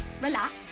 relax